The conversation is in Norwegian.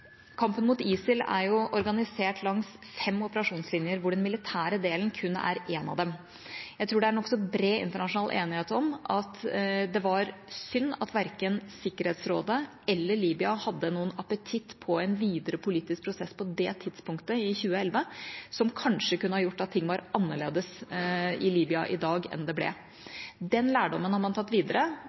Kampen mot ISIL er organisert langs fem operasjonslinjer, hvor den militære delen kun er én av dem. Jeg tror det er nokså bred internasjonal enighet om at det var synd at verken Sikkerhetsrådet eller Libya hadde noen appetitt på en videre politisk prosess på det tidspunktet, i 2011, som kanskje kunne ha gjort at ting var annerledes i Libya i dag enn det ble. Den lærdommen har man tatt videre